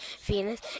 Venus